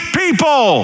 people